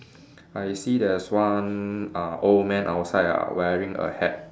I see there's one uh old man outside ah wearing a hat